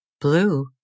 Blue